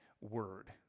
word